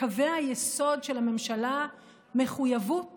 לקווי היסוד של הממשלה מחויבות